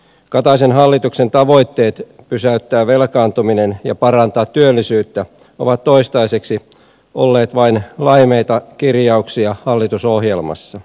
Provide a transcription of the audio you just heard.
kataisen hallituksen tavoitteet pysäyttää velkaantuminen ja parantaa työllisyyttä ovat toistaiseksi olleet vain laimeita kirjauksia hallitusohjelmassa